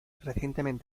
recientemente